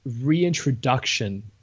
reintroduction